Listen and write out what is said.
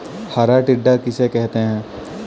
हरा टिड्डा किसे कहते हैं?